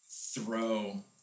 throw